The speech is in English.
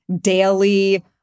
daily